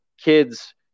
kids